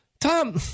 Tom